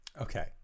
Okay